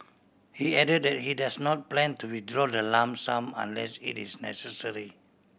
he added that he does not plan to withdraw the lump sum unless it is necessary